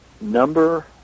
number